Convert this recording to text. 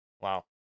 Wow